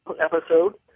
episode